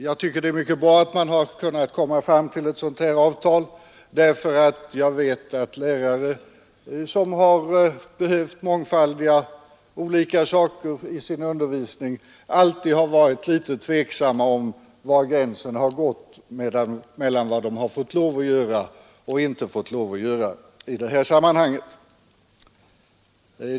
Jag tycker det är mycket bra att man har kunnat komma fram till ett sådant här avtal, därför att jag vet att lärare, som har behövt mångfaldiga olika saker i sin undervisning, alltid har varit litet tveksamma om var gränsen går mellan vad de får lov att göra och vad som är förbjudet i detta sammanhang.